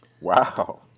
Wow